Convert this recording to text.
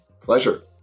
Pleasure